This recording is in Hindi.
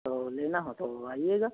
तो लेना हो तो आइएगा